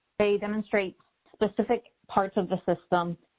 they demonstrate specific parts of the system,